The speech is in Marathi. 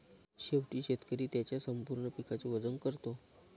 शेवटी शेतकरी त्याच्या संपूर्ण पिकाचे वजन करतो